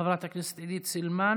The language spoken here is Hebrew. של חברת הכנסת עידית סילמן.